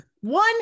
one